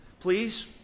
please